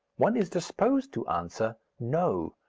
one is disposed to answer, no.